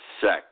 sex